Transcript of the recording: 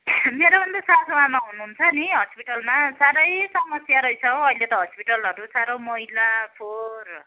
मेरो पनि त सानो आमा हुनुहुन्छ नि हस्पिटलमा साह्रै समस्या रहेछ हो अहिले त हस्पिटलहरू साह्रो मैला फोहोर